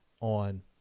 on